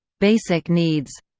basic needs